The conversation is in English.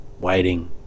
waiting